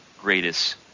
greatest